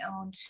own